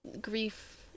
grief